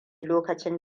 lokacin